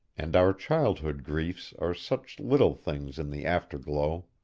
and our childhood griefs are such little things in the afterglow.